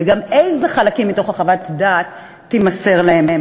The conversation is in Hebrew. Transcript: וגם איזה חלקים מחוות הדעת יימסרו להם.